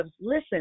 listen